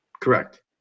Correct